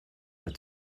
mal